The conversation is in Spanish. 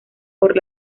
por